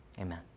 Amen